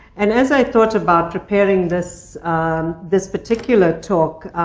and as i thought about preparing this um this particular talk,